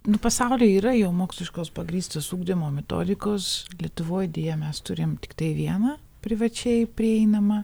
nu pasauly yra jau moksliškos pagrįstos ugdymo metodikos lietuvoj deja mes turim tiktai vieną privačiai prieinamą